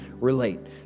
relate